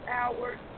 hours